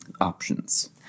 options